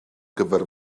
gyfer